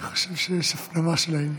אני חושב שיש הפנמה של העניין.